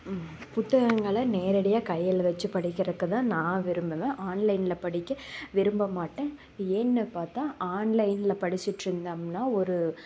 புத்தகங்களை நேரடியாக கையில் வச்சு படிக்கிறதுக்கு தான் நான் விரும்புவேன் ஆன்லைனில் படிக்க விரும்பமாட்டேன் ஏன்னு பார்த்தா ஆன்லைனில் படித்துட்டு இருந்தோம்னா ஒரு